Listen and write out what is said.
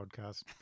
podcast